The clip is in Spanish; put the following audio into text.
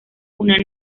una